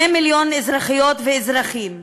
2 מיליון אזרחיות ואזרחים,